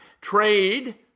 trade